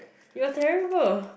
you're terrible